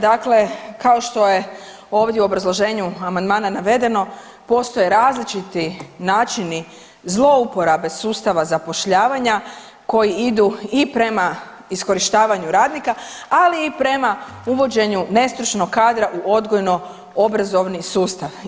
Dakle, kao što je ovdje u obrazloženju amandmana navedeno postoje različiti načini zlouporabe sustava zapošljavanja koji idu i prema iskorištavanju radnika, ali i prema uvođenju nestručnog kadra u odgojno-obrazovni sustav.